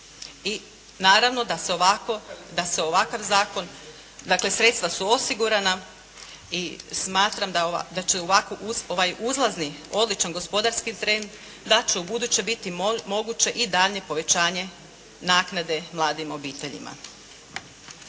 I naravno da se ovakav Zakon, dakle, sredstva su osigurana i smatram da će ovakav uzlazni, odličan gospodarski trend da će ubuduće biti moguće i daljnje povećanje naknade mladim obiteljima.